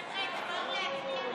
בבקשה.